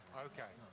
ok.